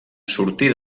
sortir